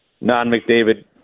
non-McDavid